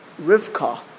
Rivka